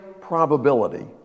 probability